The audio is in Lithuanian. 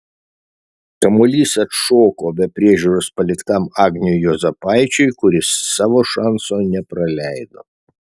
kamuolys atšoko be priežiūros paliktam agniui juozapaičiui kuris savo šanso nepraleido